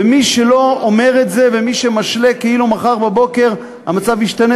ומי שלא אומר את זה ומי שמשלה כאילו מחר בבוקר המצב ישתנה,